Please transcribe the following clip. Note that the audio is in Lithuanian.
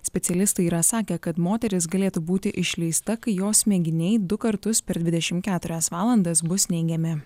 specialistai yra sakę kad moteris galėtų būti išleista kai jos mėginiai du kartus per dvidešimt keturias valandas bus neigiami